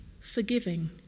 forgiving